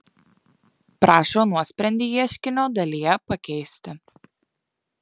prašo nuosprendį ieškinio dalyje pakeisti